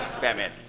Batman